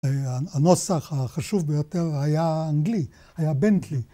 הנוסח החשוב ביותר היה אנגלי, היה בנטלי.